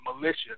militia